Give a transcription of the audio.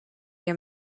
your